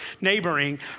neighboring